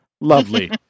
Lovely